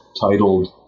titled